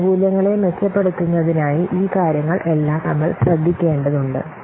ആനുകൂല്യങ്ങളെ മെച്ചപെടുതുന്നതിനായി ഈ കാര്യങ്ങൾ എല്ലാം നമ്മൾ ശ്രദ്ധിക്ക്കേണ്ടതുണ്ട്